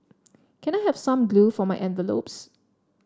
can I have some glue for my envelopes